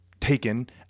taken